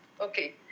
Okay